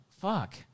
Fuck